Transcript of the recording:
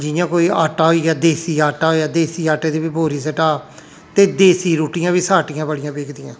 जि'यां कोई आटा होई गेआ देसी आटा देसी आटे दी बी बोरी सटाऽ ते देसी रुट्टियां बी साट्टियां बड़ियां बिकदियां